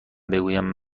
بگویم